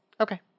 okay